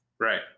Right